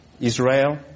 Israel